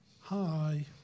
hi